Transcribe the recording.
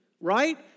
right